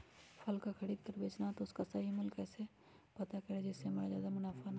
फल का खरीद का बेचना हो तो उसका सही मूल्य कैसे पता करें जिससे हमारा ज्याद मुनाफा हो?